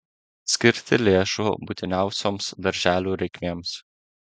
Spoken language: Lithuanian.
skirti lėšų būtiniausioms darželių reikmėms